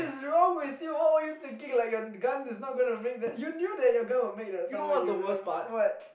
wrong with you what were you thinking like your gun is not gonna make that you knew that your gun would make that sound when you